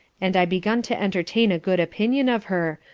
and i begun to entertain a good opinion of her,